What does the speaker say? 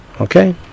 Okay